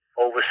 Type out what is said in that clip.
over